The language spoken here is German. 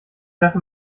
lasse